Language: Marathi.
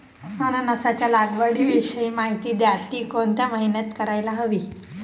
अननसाच्या लागवडीविषयी माहिती द्या, ति कोणत्या महिन्यात करायला हवी?